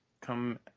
come